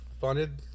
funded